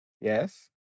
yes